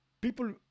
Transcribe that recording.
people